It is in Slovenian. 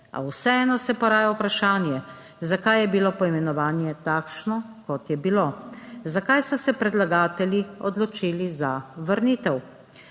a vseeno se poraja vprašanje, zakaj je bilo poimenovanje takšno, kot je bilo. Zakaj so se predlagatelji odločili za vrnitev?